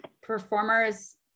performers